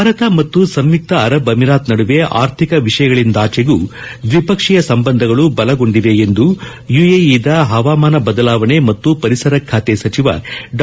ಭಾರತ ಮತ್ತು ಸಂಯುಕ್ತ ಅರಬ್ ಅಮಿರಾತ್ ನಡುವೆ ಆರ್ಥಿಕ ವಿಷಯಗಳಿಂದಾಚೆಗೂ ದ್ವಿಪಕ್ಷೀಯ ಸಂಬಂಧಗಳು ಬಲಗೊಂಡಿವೆ ಎಂದು ಯುಎಇದ ಹವಾಮಾನ ಬದಲಾವಣೆ ಮತ್ತು ಪರಿಸರ ಖಾತೆ ಸಚಿವ ಡಾ